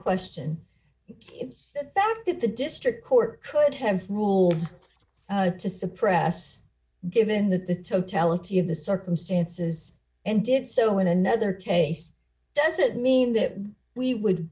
question it's that that the district court could have ruled to suppress given that the totality of the circumstances and did so in another case does it mean that we would